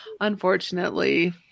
unfortunately